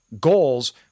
goals